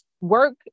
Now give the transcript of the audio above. work